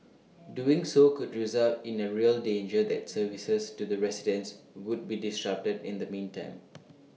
doing so could result in A real danger that services to the residents would be disrupted in the meantime